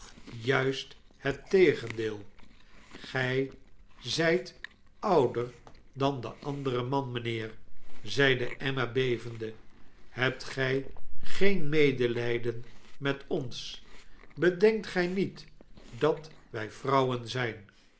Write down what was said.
juist het tegendeel gij zijt ouder dan die andere man mynheer zeide emma bevende hebt gij geen medelijden met ons bedenkt gij niet dat wij vrouwen zijn